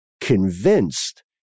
convinced